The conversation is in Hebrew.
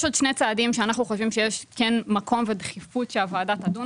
יש עוד שני צעדים שאנחנו חושבים שכן יש מקום ודחיפות שהוועדה תדון